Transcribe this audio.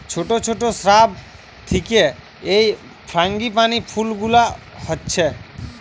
ছোট ছোট শ্রাব থিকে এই ফ্রাঙ্গিপানি ফুল গুলা হচ্ছে